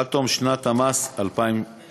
עד תום שנת המס 2018,